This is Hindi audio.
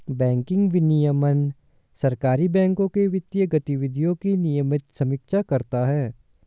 बैंकिंग विनियमन सहकारी बैंकों के वित्तीय गतिविधियों की नियमित समीक्षा करता है